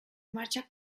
marcha